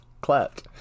Clapped